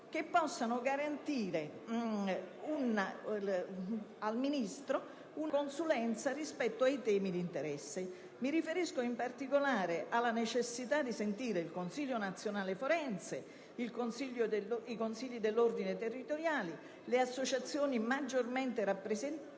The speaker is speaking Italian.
che possano garantire al Ministro una consulenza sui temi di interesse. Mi riferisco, in particolare, alla necessità di sentire il Consiglio nazionale forense, i Consigli dell'Ordine territoriali, le associazioni maggiormente rappresentative